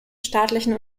staatlichen